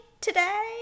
today